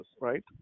right